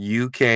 UK